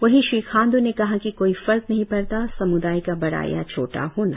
वहीं श्री खांड् ने कहा कि कोई फर्क नहीं पड़ता समुदाय का बड़ा या छोटा होना